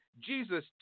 Jesus